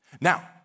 Now